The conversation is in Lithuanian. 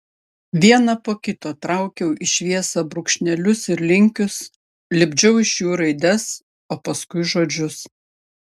vieną po kito traukiau į šviesą brūkšnelius ir linkius lipdžiau iš jų raides o paskui žodžius